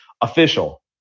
official